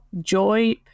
joy